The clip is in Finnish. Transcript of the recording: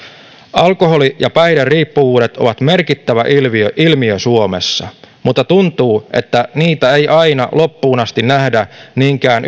alkoholi ja päihderiippuvuudet ovat merkittävä ilmiö ilmiö suomessa mutta tuntuu että niitä ei aina loppuun asti nähdä niinkään